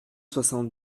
soixante